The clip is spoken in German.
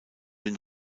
den